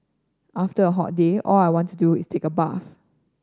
after a hot day all I want to do is take a bath